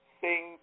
sing